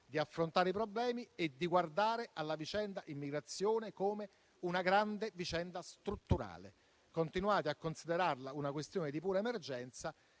di affrontare i problemi e di guardare alla vicenda immigrazione come a una grande vicenda strutturale. Continuate a considerarla una questione di pura emergenza;